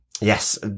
Yes